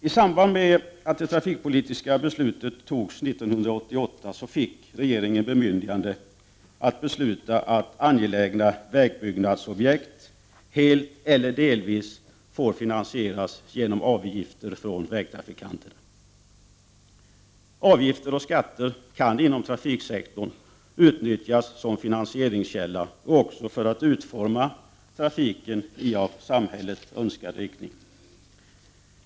I samband med att det trafikpolitiska beslutet fattades 1988 fick regeringen bemyndigande att besluta att angelägna vägbyggnadsobjekt helt eller delvis får finansieras genom avgifter från vägtrafikanter. Avgifter och skatter kan inom trafiksektorn utnyttjas som finansieringskälla och även för att utforma trafiken på av samhället önskat sätt.